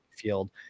field